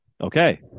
okay